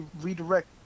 redirect